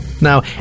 now